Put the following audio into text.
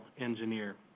engineer